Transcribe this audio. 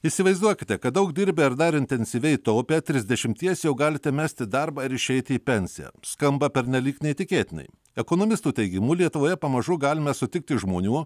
įsivaizduokite kad daug dirbę ir dar intensyviai taupę trisdešimties jau galite mesti darbą ir išeiti į pensiją skamba pernelyg neįtikėtinai ekonomistų teigimu lietuvoje pamažu galime sutikti žmonių